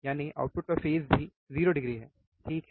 यानी आउटपुट का फेज़ भी 0 डिग्री है ठीक है